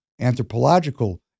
anthropological